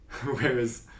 whereas